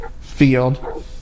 field